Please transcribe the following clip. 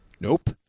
Nope